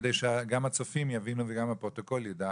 כדי שהצופים יבינו וגם הפרוטוקול ידע